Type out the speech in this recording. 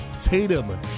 Tatum